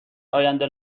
آینده